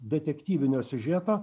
detektyvinio siužeto